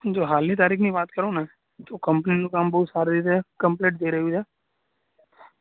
જો હાલની તારીખની વાત કરું ને તો કંપનીનું કામ બહુ સારી રીતે કમ્પ્લીટ થઈ રહ્યું છે